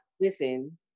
Listen